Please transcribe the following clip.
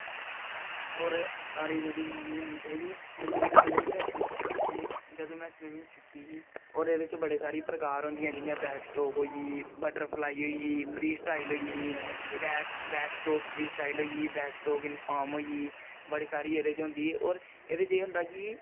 और तारी तोरी मारनी आनी चाहिदी और स्बिमिंग जदूं में स्बिमिंग सिक्खी ही और ओहदे च बड़ी सारी प्रकार होंदी जियां बैक स्ट्रोक होई गेई बटरफ्लाई होई गेई फ्री स्टाइल होई गेई बैक स्ट्रोक फ्री स्टाइल होई गेई बैक स्ट्रोक इनफाॅम होई गेई बड़ी सारी एहदे च होंदी ऐ और एहदे च एह् होंदा कि